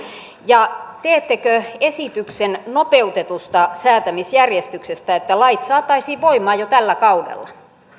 ja teettekö esityksen nopeutetusta säätämisjärjestyksestä niin että lait saataisiin voimaan jo tällä kaudella